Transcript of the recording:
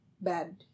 bad